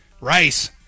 rice